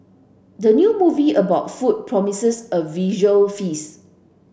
the new movie about food promises a visual feast